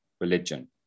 religion